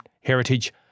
heritage